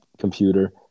Computer